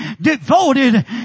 devoted